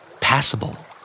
Passable